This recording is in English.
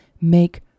Make